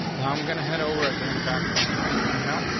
now i'm gonna head over again, back to indexation email,